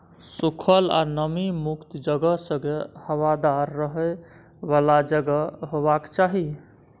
सुखल आ नमी मुक्त जगह संगे हबादार रहय बला जगह हेबाक चाही